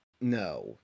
No